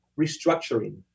restructuring